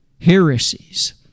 heresies